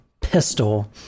pistol